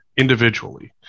Individually